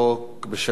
בשם שר הביטחון,